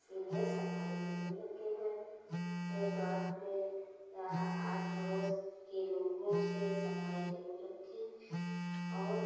इसीलिए सफाई जरूर रखें घर के द्वार पे या आस पड़ोस के लोगों से सफाई जरूर रखें और